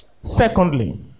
Secondly